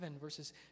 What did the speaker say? verses